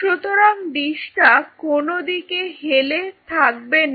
সুতরাং ডিসটা কোন দিকে হেলে থাকবে না